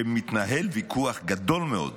שמתנהל ויכוח גדול מאוד